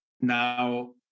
Now